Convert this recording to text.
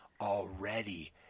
already